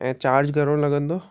ऐं चार्ज घणो लॻंदो